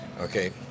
okay